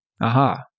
Aha